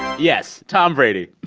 yes, tom brady.